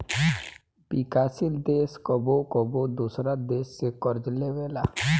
विकासशील देश कबो कबो दोसरा देश से कर्ज लेबेला